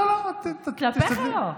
כלפיך לא.